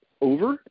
over